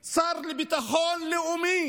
שר לביטחון לאומי,